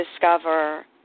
discover